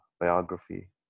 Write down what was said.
biography